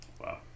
Wow